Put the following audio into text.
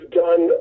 done